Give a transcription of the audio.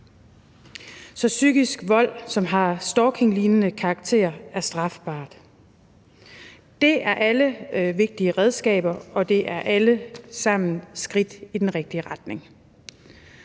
så psykisk vold, som har stalkinglignende karakter, er strafbart. Det er alle vigtige redskaber, og det er alle sammen skridt i den rigtige retning.